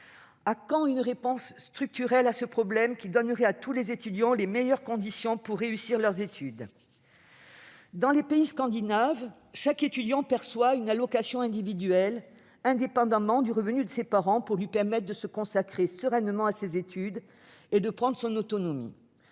À quand une réponse structurelle à ce problème, pour donner à tous les étudiants les meilleures conditions pour réussir leurs études ? Dans les pays scandinaves, chaque étudiant perçoit une allocation individuelle, indépendamment du revenu de ses parents, pour lui permettre de se consacrer sereinement à ses études et de prendre son autonomie.